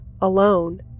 alone